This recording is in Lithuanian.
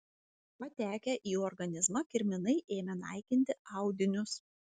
patekę į organizmą kirminai ėmė naikinti audinius